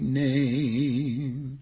name